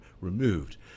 removed